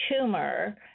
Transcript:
tumor